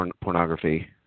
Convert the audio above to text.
pornography